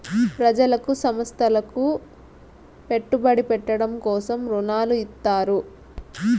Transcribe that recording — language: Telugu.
ప్రజలకు సంస్థలకు పెట్టుబడి పెట్టడం కోసం రుణాలు ఇత్తారు